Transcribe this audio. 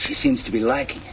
she seems to be like